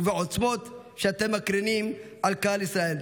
ובעוצמות שאתם מקרינים על כלל ישראל.